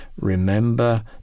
remember